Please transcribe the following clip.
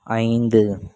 ஐந்து